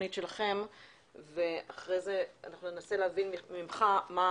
התוכנית שלכם ואחרי זה אנחנו ננסה להבין ממך מה